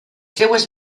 seues